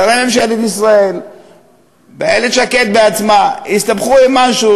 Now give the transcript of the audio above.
שרי ממשלת ישראל ואיילת שקד בעצמה הסתבכו עם משהו